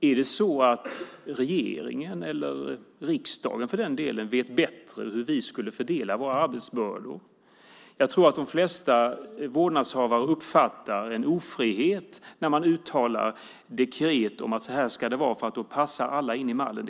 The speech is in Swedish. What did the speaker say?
Är det så att regeringen, eller för den delen riksdagen, vet bättre hur vi borde fördela våra arbetsbördor? Jag tror att de flesta vårdnadshavare uppfattar en ofrihet när det uttalas dekret om hur det ska vara för då passar alla in i mallen.